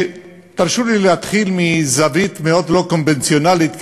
תרשו לי להתחיל מזווית מאוד לא קונבנציונלית,